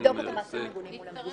נבדוק מעשים מגונים מול הממשלה.